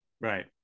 Right